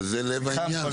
וזה לב העניין,